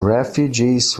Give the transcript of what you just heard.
refugees